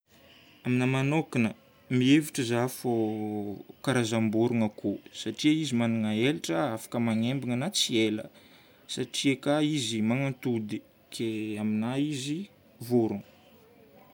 Aminahy manokagna, mihevitra za fô karazam-borogno akoho satria izy magnana elatra afaka magnembana na tsy ela. Satria ka izy manatody, dia aminahy izy vorogno.